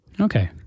Okay